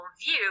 view